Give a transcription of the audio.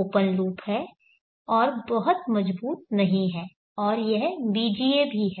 open loop है और बहुत मजबूत नहीं है और यह बीजीय भी है